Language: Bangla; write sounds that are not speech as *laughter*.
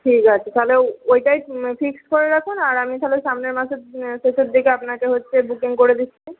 ঠিক আছে তাহলে ওইটাই ফিক্সড করে রাখুন আর আমি তাহলে সামনের মাসে *unintelligible* শেষের দিকে আপনাকে হচ্ছে বুকিং করে দিচ্ছি